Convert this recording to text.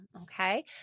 Okay